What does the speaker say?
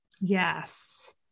Yes